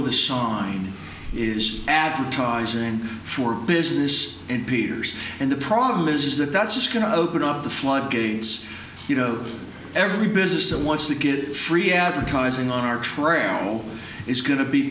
of the show mine is advertising for business and piers and the problem is that that's just going to open up the floodgates you know every business that wants to get free advertising on our trail is going to be